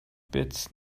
beat